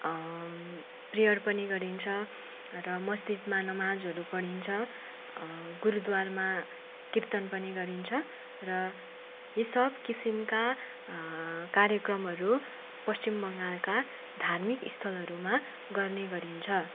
prayer पनि गरिन्छ र मस्जिदमा नमाजहरू पढिन्छ गुरूद्वारामा कीर्तन पनि गरिन्छ र यी सब किसिमका कार्यक्रमहरू पश्चिम बङ्गालका धार्मिक स्थलहरूमा गर्ने गरिन्छ